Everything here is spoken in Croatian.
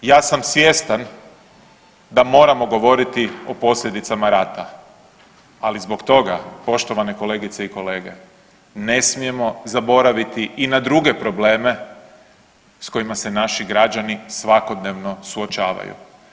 Ja sam svjestan da moramo govoriti o posljedicama rata, ali zbog toga poštovane kolegice i kolege ne smijemo zaboraviti i na druge probleme s kojima se naši građani svakodnevno suočavaju.